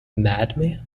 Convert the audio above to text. madman